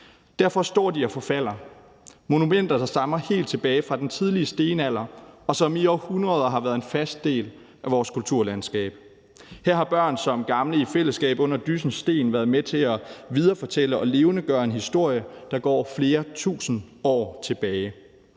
Derfor står de og forfalder. Det er monumenter, der stammer helt tilbage fra den tidlige stenalder, og som i århundreder har været en fast del af vores kulturlandskab. Her har børn som gamle i fællesskab under dyssens sten været med til at viderefortælle og levendegøre en historie, der går flere tusind år tilbage.